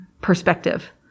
perspective